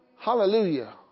Hallelujah